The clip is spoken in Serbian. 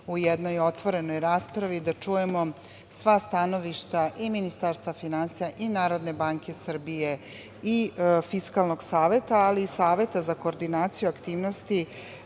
u jednoj otvorenoj raspravi da čujemo sva stanovišta i Ministarstva finansija i NBS i Fiskalnog saveta, ali i Saveta za koordinaciju aktivnosti